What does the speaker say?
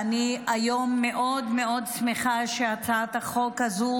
והיום אני מאוד מאוד שמחה שהצעת החוק הזו